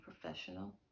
professional